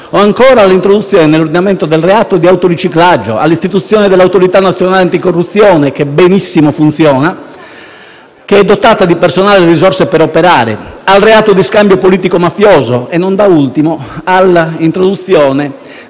pensiamo all'introduzione nell'ordinamento del reato di autoriciclaggio, all'istituzione dell'Autorità nazionale anticorruzione che benissimo funziona e che è dotata del personale e delle risorse per operare, al reato di scambio politico-mafioso e, non da ultimo, all'introduzione